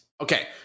Okay